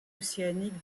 océanique